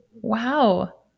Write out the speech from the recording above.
Wow